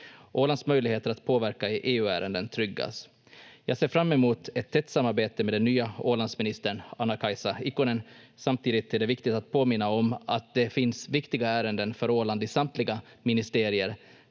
Ålands möjligheter att påverka i EU-ärenden tryggas. Jag ser fram emot ett tätt samarbete med den nya Ålandsministern Anna-Kaisa Ikonen. Samtidigt är det viktigt att påminna om att det finns viktiga ärenden för Åland i samtliga ministerier,